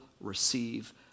receive